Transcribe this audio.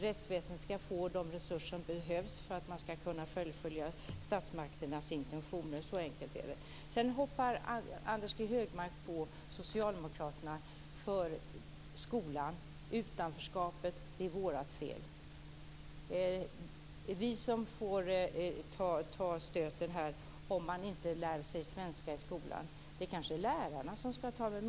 Rättsväsendet ska få de resurser som behövs för att man ska kunna fullfölja statsmakternas intentioner, så enkelt är det. Sedan hoppar Anders G Högmark på socialdemokraterna för skolan. Utanförskapet är vårt fel. Det är vi som får ta stöten här om man inte lär sig svenska i skolan. Det kanske är lärarna som borde ta den.